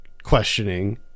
questioning